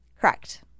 Correct